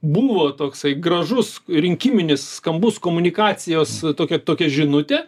buvo toksai gražus rinkiminis skambus komunikacijos tokia tokia žinutė